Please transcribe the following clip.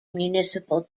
municipal